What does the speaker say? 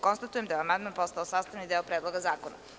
Konstatujem da je amandman postao sastavni deo Predloga zakona.